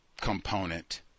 component